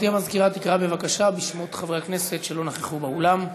אינה נוכחת גברתי המזכירה תקרא בבקשה בשמות חברי הכנסת שלא נכחו באולם.